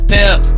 Pimp